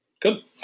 Good